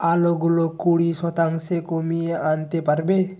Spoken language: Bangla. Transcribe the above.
আলোগুলো কুড়ি শতাংশে কমিয়ে আনতে পারবে